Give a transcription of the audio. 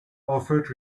offered